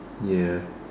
ya